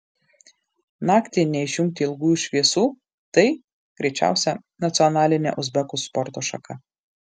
naktį neišjungti ilgųjų šviesų tai greičiausia nacionalinė uzbekų sporto šaka